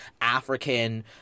African